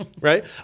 right